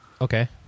Okay